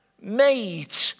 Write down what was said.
made